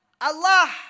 Allah